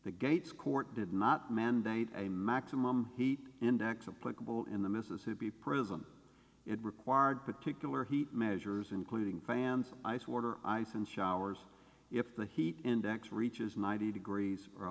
the gates court did not mandate a maximum heat index of political in the mississippi prison it required particular heat measures including fans ice water ice and showers if the heat index reaches ninety degrees